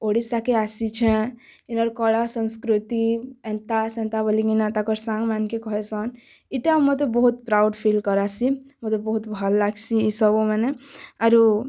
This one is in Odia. ଓଡ଼ିଶାକେ ଆସିଛେଁ ଇନର୍ କଳା ସଂସ୍କୃତି ଏନ୍ତା ସେନ୍ତା ବୋଲିକିନା ତାଙ୍କର ସାଙ୍ଗ ମାନକେ କହିସନ୍ ଇଟା ମୋତେ ବହୁତ୍ ପ୍ରାଉଡ଼ ଫିଲ୍ କରାସି ମୋତେ ବହୁତ୍ ଭଲ ଲାଗ୍ସି ଏସବୁ ମାନେ ଆରୁ